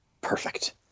perfect